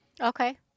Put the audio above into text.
okay